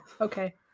Okay